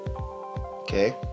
Okay